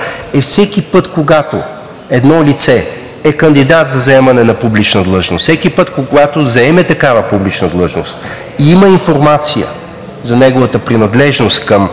е всеки път, когато едно лице е кандидат за заемане на публична длъжност, всеки път, когато заеме такава публична длъжност и има информация за неговата принадлежност към